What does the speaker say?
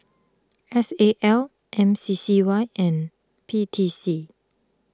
S A L M C C Y and P T C